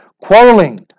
Quarrelling